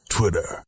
Twitter